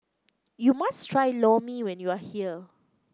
you must try Lor Mee when you are here